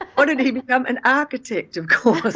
what did he become? an architect of course,